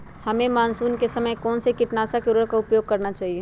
हमें मानसून के समय कौन से किटनाशक या उर्वरक का उपयोग करना चाहिए?